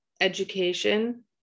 education